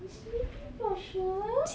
you sleeping blossom